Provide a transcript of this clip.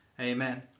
amen